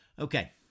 Okay